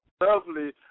lovely